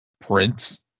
Prince